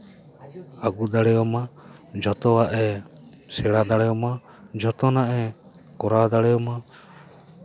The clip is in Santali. ᱟᱹᱜᱩ ᱫᱟᱲᱮ ᱟᱢᱟ ᱡᱷᱚᱛᱚᱭᱟᱜ ᱮ ᱥᱮᱬᱟ ᱫᱟᱲᱮᱭᱟᱢᱟ ᱡᱚᱛᱱᱟᱜ ᱮ ᱠᱚᱨᱟᱣ ᱫᱟᱲᱮ ᱟᱢᱟ